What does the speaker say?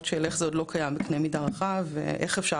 כמו: ״איך זה עוד לא קיים בקנה מידה רחב ואיך אפשר